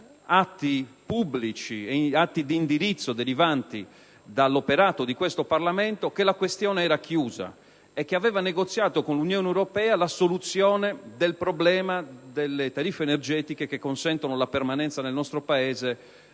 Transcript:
atti pubblici e di indirizzo derivanti dall'operato del Parlamento che la questione era chiusa e che aveva negoziato con l'Unione europea la soluzione del problema delle tariffe energetiche consentendo la permanenza nel nostro Paese